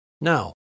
Now